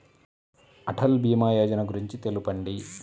అటల్ భీమా యోజన గురించి తెలుపండి?